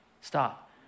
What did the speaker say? Stop